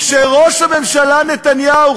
כשראש הממשלה נתניהו,